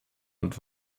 und